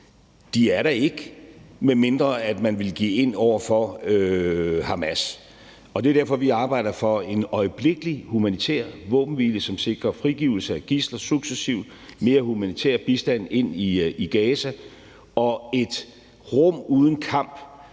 er der ikke, medmindre man vil give efter over for Hamas. Det er derfor, at vi arbejder for en øjeblikkelig humanitær våbenhvile, som sikrer frigivelse af gidsler successivt, mere humanitær bistand ind i Gaza og et rum uden kamp